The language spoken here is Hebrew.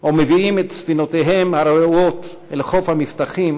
או מביאים את ספינותיהם הרעועות אל חוף המבטחים